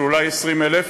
אולי 20,000,